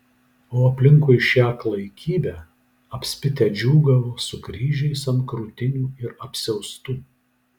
o aplinkui šią klaikybę apspitę džiūgavo su kryžiais ant krūtinių ir apsiaustų